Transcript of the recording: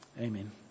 Amen